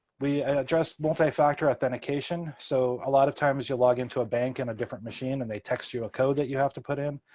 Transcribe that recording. we addressed multi-factor authentication. so a lot of times, you log into a bank in a different machine, and they text you a code that you have to put in.